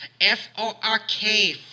F-O-R-K